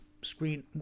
screen